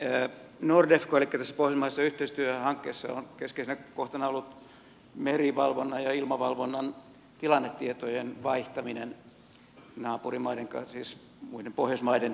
nordefcossa elikkä tässä pohjoismaisessa yhteistyöhankkeessa on keskeisenä kohtana ollut merivalvonnan ja ilmavalvonnan tilannetietojen vaihtaminen naapurimaiden kanssa siis muiden pohjoismaiden kesken